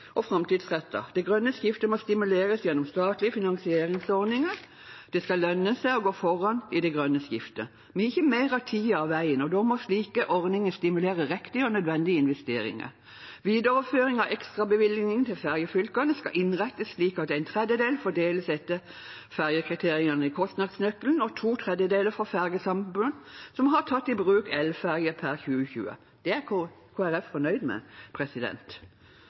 og framtidsrettet. Det grønne skiftet må stimuleres gjennom statlige finansieringsordninger. Det skal lønne seg å gå foran i det grønne skiftet. Vi har ikke mer enn tiden og veien, og da må slike ordninger stimulere riktige og nødvendige investeringer. Videreføring av ekstrabevilgningen til ferjefylkene skal innrettes slik at en tredjedel fordeles etter ferjekriteriene i kostnadsnøkkelen og to tredjedeler for ferjesamband som har tatt i bruk elferjer per 2020. Det er Kristelig Folkeparti fornøyd med.